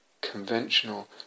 Conventional